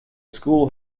school